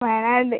Wayanad